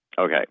Okay